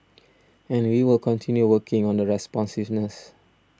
and we will continue working on the responsiveness